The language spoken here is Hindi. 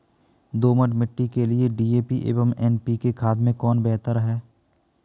दोमट मिट्टी के लिए डी.ए.पी एवं एन.पी.के खाद में कौन बेहतर है?